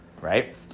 right